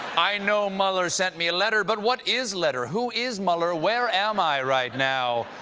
i know mueller sent me a letter, but what is letter? who is mueller? where am i right now?